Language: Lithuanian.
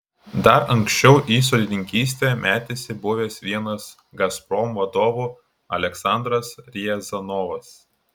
dar anksčiau į sodininkystę metėsi buvęs vienas gazprom vadovų aleksandras riazanovas